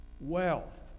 wealth